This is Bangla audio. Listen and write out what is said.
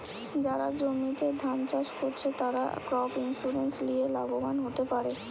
যারা জমিতে ধান চাষ কোরছে, তারা ক্রপ ইন্সুরেন্স লিয়ে লাভবান হোতে পারে